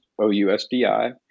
OUSDI